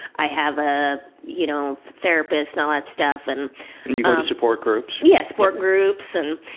i have a you know therapist and all that stuff and. and you go to support groups? yeah, support groups. and.